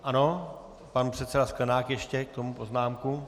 Ano, pan předseda Sklenák ještě k tomu poznámku.